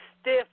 stiff